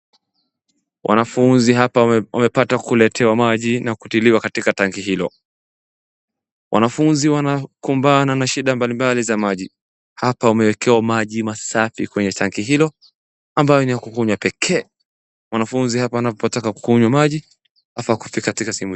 Wanafunzi hapa wamepata kuletewa maji na kutiliwa katika tanki hilo. Wanafunzi wanakumbana na shida mbalimbali za maji. Hapa wamewekewa mamaji safi kwenye tanki hilo ambayo ni ya kukunywa pekee. Wanafunzi hapa wanapotaka kukunywa maji...